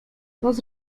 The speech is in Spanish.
los